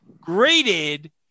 graded